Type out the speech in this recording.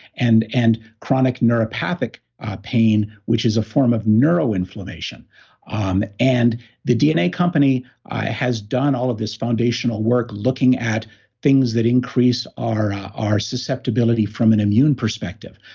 and and chronic neuropathic pain, which is a form of neuroinflammation um and the dna company has done all of this foundational work looking at things that increase our our susceptibility from an immune perspective,